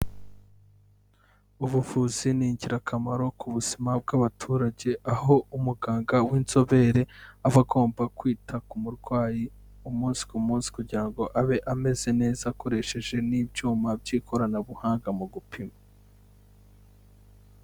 Ubuvuzi ni ingirakamaro ku buzima bw'abaturage, aho umuganga w'inzobere aba agomba kwita ku murwayi, umunsi ku munsi kugira ngo abe ameze neza, akoresheje n'ibyuma by'ikoranabuhanga mu gupima.